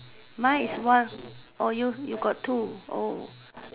mine is one oh you you got two oh